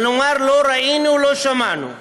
ונאמר: לא ראינו, לא שמענו.